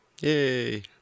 Yay